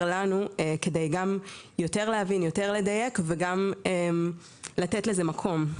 לנו גם כדי להבין יותר ולדייק יותר וגם לתת לזה מקום.